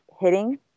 hitting